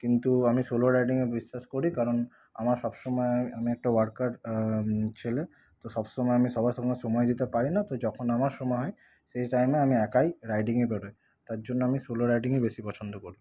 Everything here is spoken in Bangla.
কিন্তু আমি সোলো রাইডিংয়ে বিশ্বাস করি কারণ আমার সবসময় আমি একটা ওয়ার্কার ছেলে তো সবসময় আমি সবার সঙ্গে সময় দিতে পারি না তো যখন আমার সময় হয় সেই টাইমে আমি একাই রাইডিংয়ে বেরোই তার জন্য আমি সোলো রাইডিংই বেশি পছন্দ করি